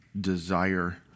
desire